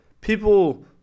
people